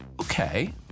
okay